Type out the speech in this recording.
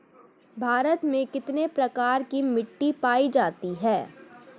भारत में कितने प्रकार की मिट्टी पाई जाती हैं?